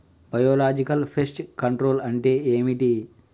Biological pest control అంటే ఏమిటి?